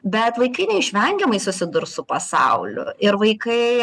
bet vaikai neišvengiamai susidurs su pasauliu ir vaikai